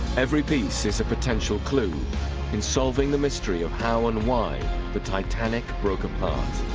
every piece is a potential clue in solving the mystery of how and why the titanic broke apart